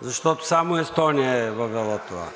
защото само Естония е въвела това.